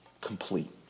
complete